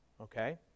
Okay